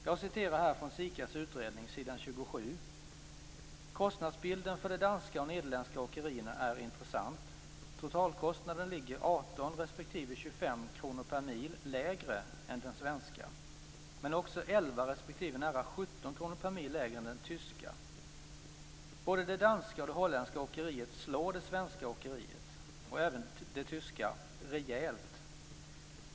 Jag citerar här från SIKA:s utredning, s. 27: "Kostnadsbilden för de danska och nederländska åkerierna är intressant. Totalkostnaden ligger 18 11 respektive nära 17 kr/mil lägre än den tyska. Både det danska och det holländska åkeriet slår det svenska åkeriet rejält.